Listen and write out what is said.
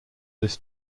this